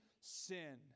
sin